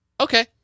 okay